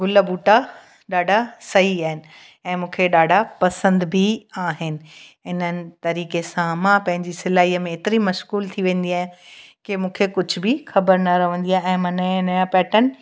गुल ॿूटा ॾाढा सही आहिनि ऐं मूंखे ॾाढा पसंदि बि आहिनि इन्हनि तरीक़े सां मां पंहिंजी सिलाईअ में एतिरी मश्ग़ूल थी वेंदी आहियां की मूंखे कुझु बि ख़बरु न रहंदी आहे ऐं मां नवां नवां पैटर्न